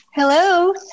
Hello